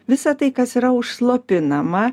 visą tai kas yra užslopinama